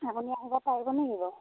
আপুনি আহিব পাৰিব নেকি বাৰু